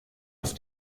auf